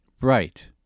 Right